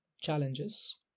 challenges